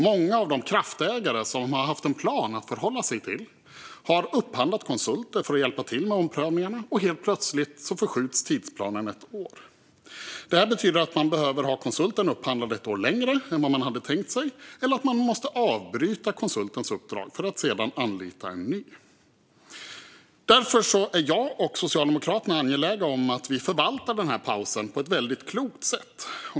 Många av de kraftägare som har haft en plan att förhålla sig till har upphandlat konsulter för att hjälpa till med omprövningarna, och helt plötsligt förskjuts tidsplanen ett år. Detta betyder att man behöver ha konsulten upphandlad ett år längre än vad man hade tänkt sig eller att man måste avbryta konsultens uppdrag för att sedan anlita en ny. Därför är jag och Socialdemokraterna angelägna om att denna paus förvaltas på ett väldigt klokt sätt.